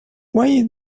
why